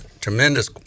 tremendous